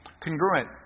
congruent